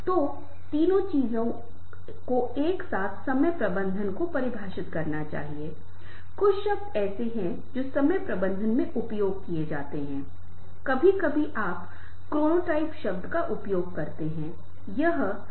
ambiguity एक ऐसी चीज़ है जिसे ज़्यादातर दर्शकों से बचना होता है जब तक कि आप उन दर्शकों को भ्रमित नहीं करना चाहते जो बहुत ही कम मामलों में किसी प्रस्तुति का उद्देश्य हो सकते हैं लेकिन ज्यादातर मामलों में एक प्रस्तुति का मुख्य फोकस जितना संभव हो उतना स्पष्ट होना है